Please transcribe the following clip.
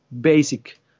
basic